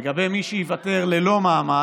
לגבי מי שייוותר ללא מעמד,